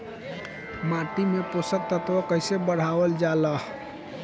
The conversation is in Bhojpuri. माटी में पोषक तत्व कईसे बढ़ावल जाला ह?